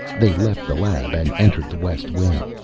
they left the lab and entered the west wing.